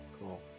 Cool